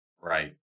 right